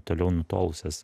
toliau nutolusias